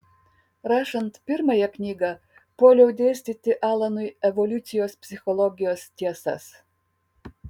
rašant pirmąją knygą puoliau dėstyti alanui evoliucijos psichologijos tiesas